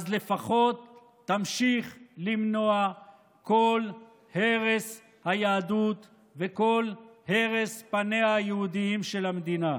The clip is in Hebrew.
אז לפחות תמשיך למנוע כל הרס היהדות וכל הרס פניה היהודיים של המדינה.